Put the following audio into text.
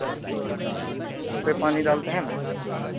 ओ पानी डालते हैं ना